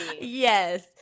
yes